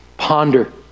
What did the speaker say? Ponder